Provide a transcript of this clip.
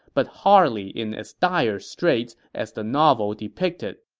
but hardly in as dire straits as the novel depicted.